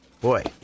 boy